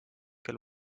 kel